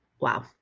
Wow